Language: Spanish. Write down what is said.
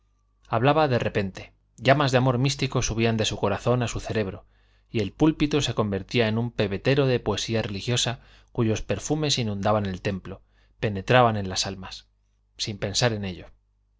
hablaba de repente llamas de amor místico subían de su corazón a su cerebro y el púlpito se convertía en un pebetero de poesía religiosa cuyos perfumes inundaban el templo penetraban en las almas sin pensar en ello